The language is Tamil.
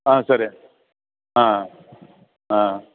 ஆ சரி ஆ ஆ ஆ